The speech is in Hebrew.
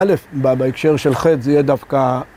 ‫א' בהקשר של ח' זה יהיה דווקא...